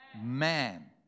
man